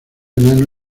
enano